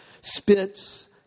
spits